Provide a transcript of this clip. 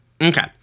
Okay